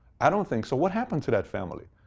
i don't think so. what happened to that family?